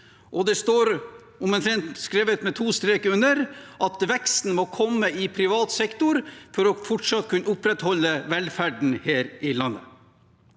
Det står, omtrent skrevet med to streker under, at veksten må komme i privat sektor for fortsatt å kunne opprettholde velferden her i landet.